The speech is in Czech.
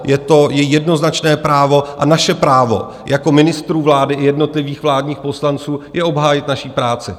Je to její jednoznačné právo a naše právo jako ministrů vlády i jednotlivých vládních poslanců je obhájit naši práci.